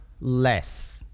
less